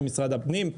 עם משרד הפנים,